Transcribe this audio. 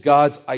God's